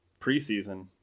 preseason –